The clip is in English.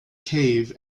cave